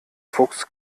fuchs